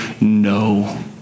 no